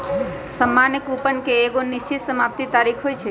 सामान्य कूपन के एगो निश्चित समाप्ति तारिख होइ छइ